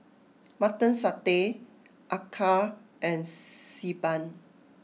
Mutton Satay Acar and Xi Ban